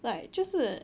like 就是